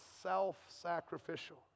self-sacrificial